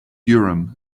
urim